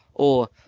or,